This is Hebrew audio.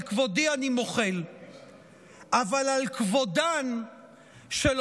על כבודי אני מוחל,